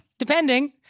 Depending